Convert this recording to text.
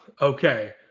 Okay